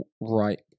right